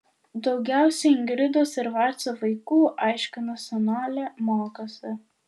daugiausiai ingridos ir vacio vaikų aiškino senolė mokosi